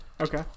Okay